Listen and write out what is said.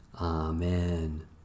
Amen